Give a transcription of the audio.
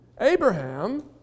Abraham